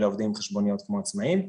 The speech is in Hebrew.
אלא עובדים עם חשבוניות כמו עצמאים.